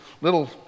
little